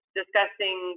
discussing